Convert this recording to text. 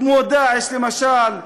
כמו "דאעש" למשל,